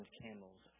camels